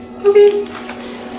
Okay